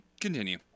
continue